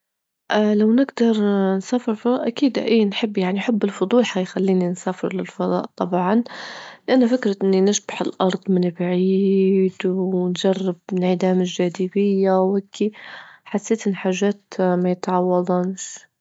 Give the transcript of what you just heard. لو نجدر نسافر للفضاء أكيد إيه نحب، يعني حب الفضول حيخلينا نسافر للفضاء طبعا، لأن فكرة إني نشبح الأرض من بعيد ونجرب إنعدام الجاذبية وهيكي، حسيت إن حاجات ما يتعوضنش.